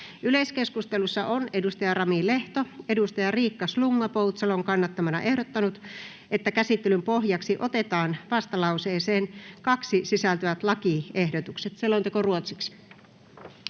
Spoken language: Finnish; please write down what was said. Yleiskeskustelussa on Rami Lehto Riikka Slunga-Poutsalon kannattamana ehdottanut, että käsittelyn pohjaksi otetaan vastalauseeseen 2 sisältyvät lakiehdotukset. Toiseen